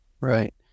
right